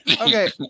Okay